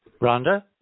Rhonda